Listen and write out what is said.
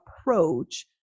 approach